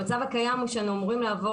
המצב הקיים הוא שאנחנו אמורים לעבור